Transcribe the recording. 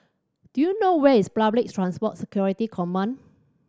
do you know where is Public Transport Security Command